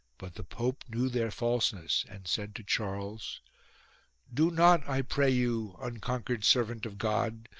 but the pope knew their falseness and said to charles do not, i pray you, unconquered servant of god,